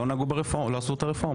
לא עשו את הרפורמה.